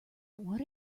what